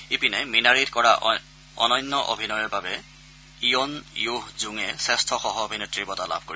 ইপিনে মিনাৰীত কৰা অন্যান্য অভিনয়ৰ বাবে ইয়ন য়ুহ জঙে শ্ৰেষ্ঠ সহ অভিনেত্ৰীৰ বঁটা লাভ কৰে